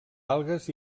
algues